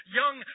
young